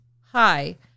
Hi